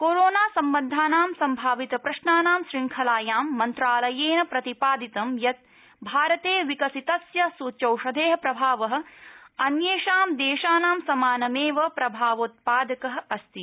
corona सम्बद्धानां सम्भावित प्रश्नां श्रृङ्खलायां मन्त्रालयेन प्रतिपादितम् यत् भारते विकसितस्य सूच्यौषधे प्रभाव अन्येषाम् देशानां समानमेव प्रभावोत्पादक अस्ति